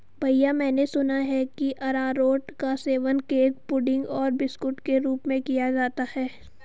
भैया मैंने सुना है कि अरारोट का सेवन केक पुडिंग और बिस्कुट के रूप में किया जाता है